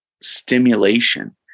stimulation